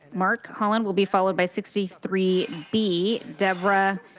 mark holland will be followed by sixty three b deborah